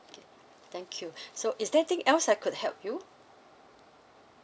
okay thank you so is there anything else I could help you